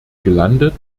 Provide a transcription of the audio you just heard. gelandet